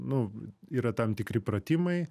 nu yra tam tikri pratimai